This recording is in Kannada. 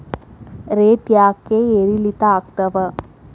ರೇಟ್ ಯಾಕೆ ಏರಿಳಿತ ಆಗ್ತಾವ?